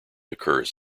occurs